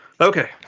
Okay